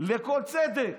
לכל צדק.